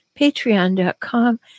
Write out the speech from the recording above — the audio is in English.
patreon.com